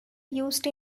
used